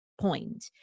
point